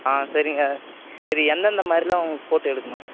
ஆ சரிங்க சரி எந்த எந்த மாதிரிலாம் உங்களுக்கு ஃபோட்டோ எடுக்கணும்